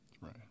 Right